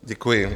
Děkuji.